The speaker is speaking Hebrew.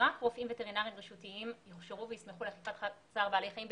שרק רופאים וטרינרים רשותיים יוכשרו ויוסמכו לאכיפת חוק צער בעלי חיים,